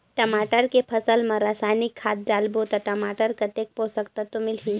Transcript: टमाटर के फसल मा रसायनिक खाद डालबो ता टमाटर कतेक पोषक तत्व मिलही?